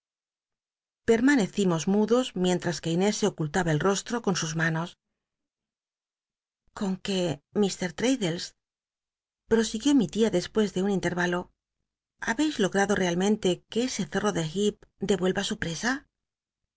l'elmanecimos mudos mientras que inés se ocultaba el rostl'o con sus manos con que mr taddles prosiguió mi tia des mes de un inlet alo h bcis logrado realmente que ese zorro de heep devuelva su